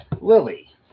Lily